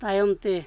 ᱛᱟᱭᱚᱢᱛᱮ